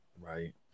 right